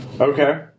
Okay